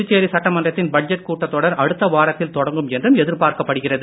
புதுச்சேரி சட்டமன்றத்தின் பட்ஜெட் கூட்டத்தொடர் அடுத்த வாரத்தில் தொடங்கும் என்றும் எதிர்பார்க்கப்படுகிறது